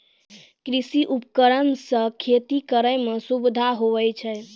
कृषि उपकरण से खेती करै मे सुबिधा हुवै छै